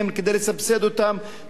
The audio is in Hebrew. כדי